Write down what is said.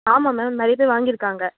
ஆமாம் மேம் நிறைய பேர் வாங்கியிருக்காங்க